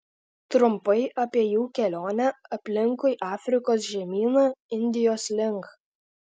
trumpai apie jų kelionę aplinkui afrikos žemyną indijos link